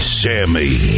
sammy